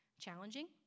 challenging